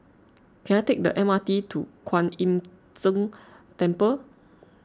can I take the M R T to Kwan Im Tng Temple